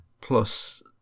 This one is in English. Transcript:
plus